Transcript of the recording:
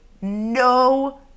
no